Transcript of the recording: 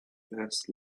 best